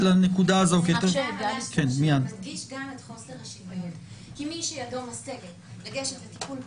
--- נדגיש כאן את חוסר השוויון כי מי שידו משגת לגשת לטיפול פרטי,